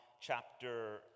chapter